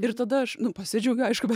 ir tada aš nu pasidžiaugiu aišku